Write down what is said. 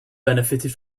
benefited